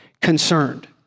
concerned